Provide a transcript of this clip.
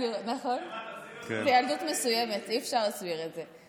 זאת ילדות מסוימת, אי-אפשר להסביר את זה.